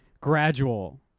gradual